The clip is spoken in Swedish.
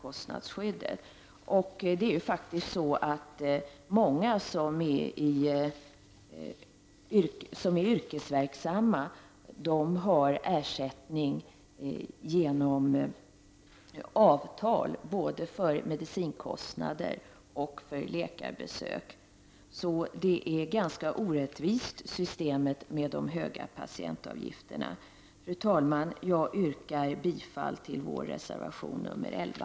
Och många som är yrkesverksamma får genom avtal ersättning för kostnaderna för både medicin och läkarbesök. Systemet med de höga patientavgifterna är alltså ganska orättvist. Fru talman! Jag yrkar bifall till vår reservation 11.